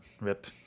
Rip